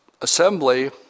assembly